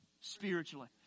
spiritually